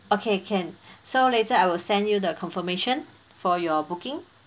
okay can so later I will send you the confirmation for your booking